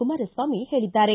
ಕುಮಾಸ್ವಾಮಿ ಹೇಳಿದ್ದಾರೆ